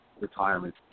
retirement